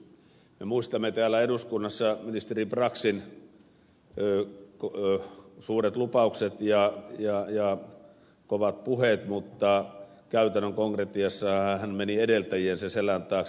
me muistamme täällä eduskunnassa ministeri braxin suuret lupaukset ja kovat puheet mutta käytännön konkretiassa hänhän meni edeltäjiensä selän taakse